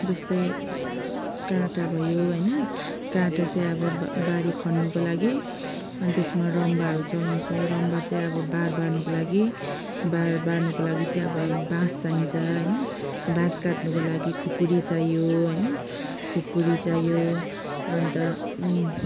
जस्तै काँटा भयो होइन काँटा चाहिँ अब बारी खन्नुको लागि अनि त्यसमा रम्बाहरू चलाउँछु रम्बा चाहिँ अब बार बार्नुको लागि बार बार्नुको लागि चाहिँ अब बाँस चाहिन्छ होइन बाँस काट्नुको लागि खुकुरी चाइयो हैन खुकुरी चाहियो अन्त